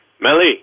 Melly